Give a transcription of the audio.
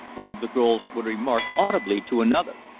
one of the girls would remark audibly to another.